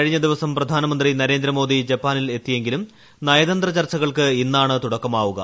കഴിഞ്ഞദിവസം പ്രധാനമന്ത്രി നരേന്ദ്രമോദി ജപ്പാനിൽ എത്തിയെങ്കിലും നയതന്ത്ര ചർച്ചകൾക്ക് ഇന്നാണ് തുടക്കമാവുക